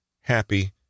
happy